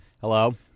Hello